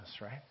right